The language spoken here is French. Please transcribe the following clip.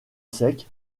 sec